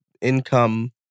income